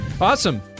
Awesome